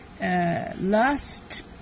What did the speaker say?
Last